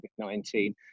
COVID-19